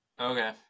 Okay